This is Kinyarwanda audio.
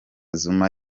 zuma